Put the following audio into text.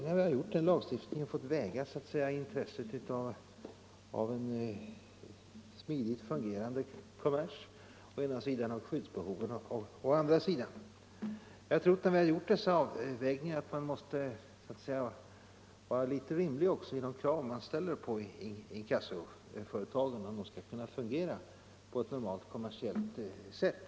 När vi gjort denna lagstiftning har vi fått väga intresset av en smidigt fungerande kommers å ena sidan och skyddsbehoven å andra sidan. Vid dessa avvägningar har man fått vara rimlig i de krav man ställt på inkassoföretagen för att de skall kunna fungera på ett normalt kommersiellt sätt.